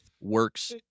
works